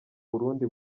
burundi